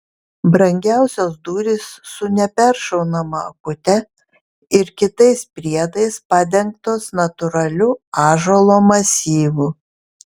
brangiausios durys su neperšaunama akute ir kitais priedais padengtos natūraliu ąžuolo masyvu